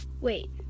Wait